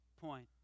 point